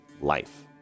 life